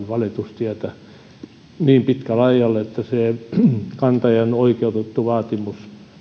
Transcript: valitustietä niin pitkälle ajalle että kantajan oikeutettu vaatimus